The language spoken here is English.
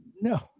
no